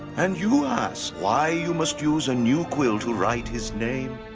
and you ask why you must use a new quill to write his name?